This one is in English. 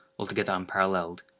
altogether unparalleled,